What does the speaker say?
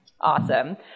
Awesome